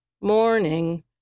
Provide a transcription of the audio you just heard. Morning